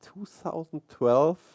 2012